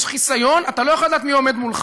יש חיסיון, אתה לא יכול לדעת מי עומד מולך.